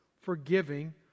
forgiving